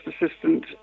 assistant